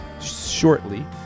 shortly